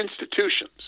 institutions